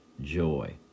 joy